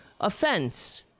offense